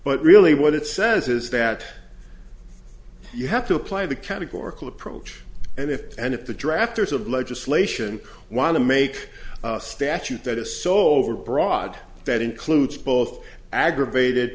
but really what it says is that you have to apply the categorical approach and if and if the drafters of legislation want to make a statute that is sole overbroad that includes both aggravated